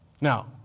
Now